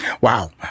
Wow